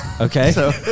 Okay